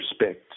respect